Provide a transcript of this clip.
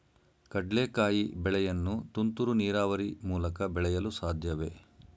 ಕಡ್ಲೆಕಾಯಿ ಬೆಳೆಯನ್ನು ತುಂತುರು ನೀರಾವರಿ ಮೂಲಕ ಬೆಳೆಯಲು ಸಾಧ್ಯವೇ?